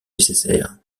nécessaires